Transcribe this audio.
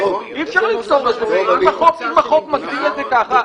אם החוק הזה מגדיר את זה ככה,